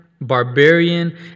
barbarian